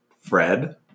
Fred